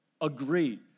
Agree